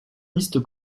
liste